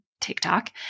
TikTok